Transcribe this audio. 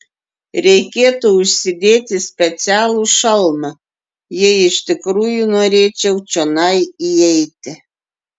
reikėtų užsidėti specialų šalmą jei iš tikrųjų norėčiau čionai įeiti